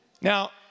Now